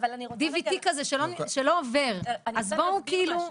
DVD כזה שלא עובר, אז בואו כאילו.